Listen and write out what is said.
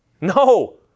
No